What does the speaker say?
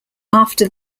after